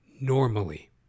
normally